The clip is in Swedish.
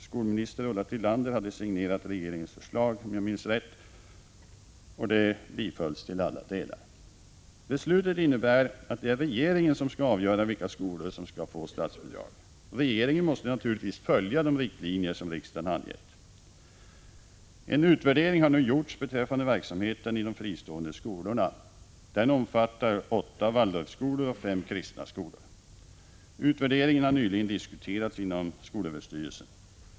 Skolminister Ulla Tillander hade signerat regeringens förslag, om jag minns rätt, och det bifölls till alla delar. Beslutet innebär att det är regeringen som skall avgöra vilka skolor som skall få statsbidrag. Regeringen måste naturligtvis följa de riktlinjer som riksdagen angett. En utvärdering har nu gjorts beträffande verksamheten i de fristående skolorna. Den omfattar 8 Waldorfskolor och 5 kristna skolor. Utvärderingen har nyligen diskuterats inom skolöverstyrelsen.